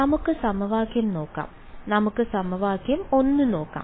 നമുക്ക് സമവാക്യം നോക്കാം നമുക്ക് സമവാക്യം 1 നോക്കാം